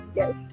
yes